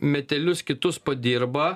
metelius kitus padirba